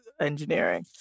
engineering